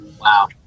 Wow